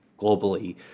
globally